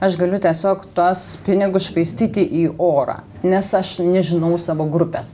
aš galiu tiesiog tuos pinigus švaistyti į orą nes aš nežinau savo grupės